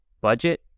budget